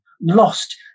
lost